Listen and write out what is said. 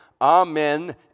Amen